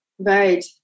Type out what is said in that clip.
Right